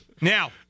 now